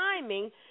timing